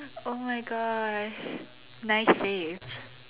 oh my gosh nice save